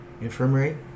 infirmary